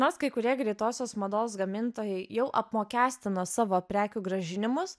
nors kai kurie greitosios mados gamintojai jau apmokestino savo prekių grąžinimus